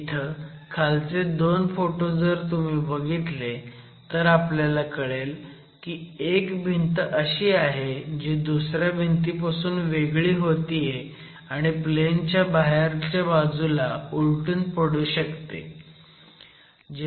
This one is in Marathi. इथं खालचे 2 फोटो जर तुम्ही बघितले तर आपल्याला कळेल की एक भिंत अशी आहे जी दुसऱ्या भिंतीपासून वेगळी होतीये आणि प्लेन च्या बाहेरच्या बाजूला उलटून पडू शकते